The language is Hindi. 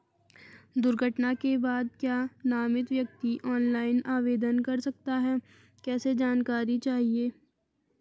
दुर्घटना के बाद क्या नामित व्यक्ति ऑनलाइन आवेदन कर सकता है कैसे जानकारी चाहिए?